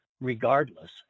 regardless